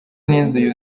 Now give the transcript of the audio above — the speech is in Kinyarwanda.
n’inzu